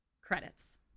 credits